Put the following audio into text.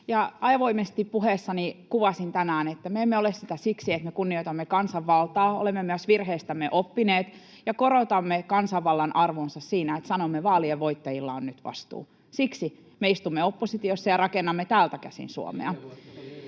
Avoimesti puheessani kuvasin tänään, että me emme ole sitä siksi, että me kunnioitamme kansanvaltaa. Olemme myös virheistämme oppineet ja korotamme kansanvallan arvoonsa siinä, että sanomme, että vaalien voittajilla on nyt vastuu. Siksi me istumme oppositiossa ja rakennamme täältä käsin Suomea.